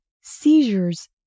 Seizures